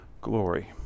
glory